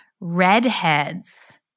redheads